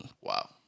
Wow